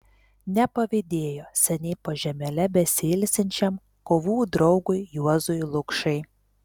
nepavydėjo seniai po žemele besiilsinčiam kovų draugui juozui lukšai